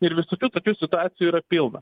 ir visokių tokių situacijų yra pilna